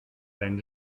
ein